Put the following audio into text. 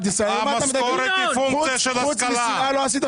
המשכורת היא פונקציה של השכלה.